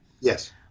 Yes